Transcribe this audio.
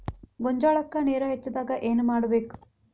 ಗೊಂಜಾಳಕ್ಕ ನೇರ ಹೆಚ್ಚಾದಾಗ ಏನ್ ಮಾಡಬೇಕ್?